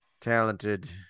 talented